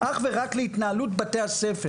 אך ורק בהתנהלות בתי הספר.